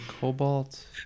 Cobalt